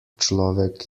človek